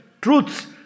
Truths